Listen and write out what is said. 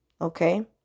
Okay